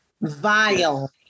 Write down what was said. vile